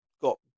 got